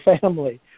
family